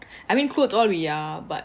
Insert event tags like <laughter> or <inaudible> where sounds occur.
<breath> I mean clothes all we are but